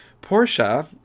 Portia